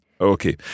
Okay